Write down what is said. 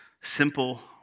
simple